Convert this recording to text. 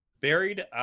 Buried